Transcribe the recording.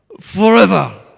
Forever